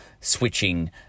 switching